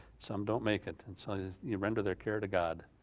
some don't make it, and so yeah you render their care to god